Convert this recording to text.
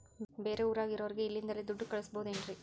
ಬೇರೆ ಊರಾಗಿರೋರಿಗೆ ಇಲ್ಲಿಂದಲೇ ದುಡ್ಡು ಕಳಿಸ್ಬೋದೇನ್ರಿ?